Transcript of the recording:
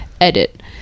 Edit